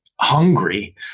hungry